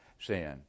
sin